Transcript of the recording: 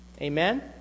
Amen